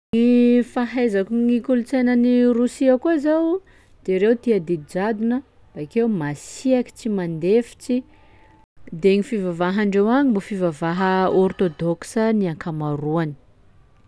Ny fahaizako gny kolontsaina any Rosia koa zao de reo tia didy jadona bakeo masiaky tsy mandefitsy, de gny fivavahandreo agny mbo fivavaha ôrtôdoxa ny ankamaroany.